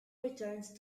returned